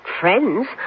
friends